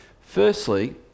firstly